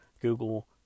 Google